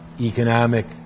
economic